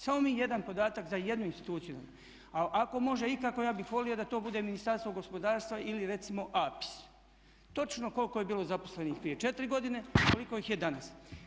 Samo mi jedan podatak za jednu instituciju, a ako može ikako ja bih volio da to bude Ministarstvo gospodarstva ili recimo APIS točno koliko je bilo zaposlenih prije 4 godine, koliko ih je danas.